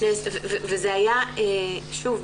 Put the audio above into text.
וזה היה שוב,